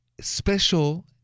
Special